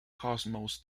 cosmos